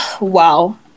Wow